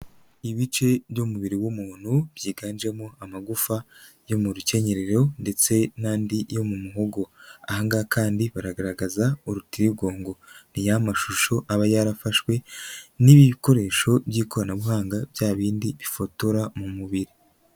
Ibice by'umubiri w'umuntu byiganjemo amagufa yo mu rukenyerero, ndetse n'andi yo mu muhogo, aha nga kandi baragaragaza urutigongo, niya mashusho aba yarafashwe n'ibikoresho by'ikoranabuhanga bya bindi bifotora mu mubiri.